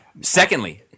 secondly